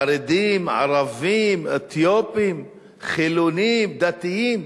חרדים, ערבים, אתיופים, חילונים, דתיים.